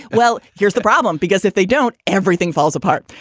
well, here's the problem, because if they don't, everything falls apart.